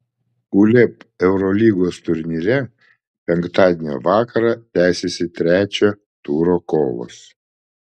uleb eurolygos turnyre penktadienio vakarą tęsiasi trečio turo kovos